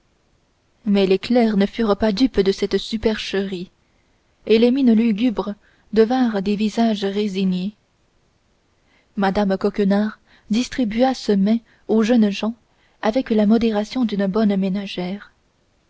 mais les clercs ne furent pas dupes de cette supercherie et les mines lugubres devinrent des visages résignés mme coquenard distribua ce mets aux jeunes gens avec la modération d'une bonne ménagère